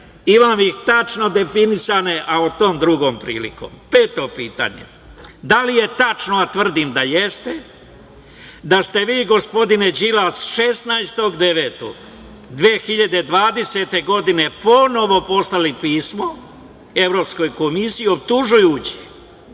Imam ih tačno definisane, ali o tome drugom prilikom. Peto pitanje - da li je tačno, a tvrdim da jeste, da ste vi gospodine Đilas 16. septembra 2020. godine ponovo poslali pismo Evropskoj komisiji optužujući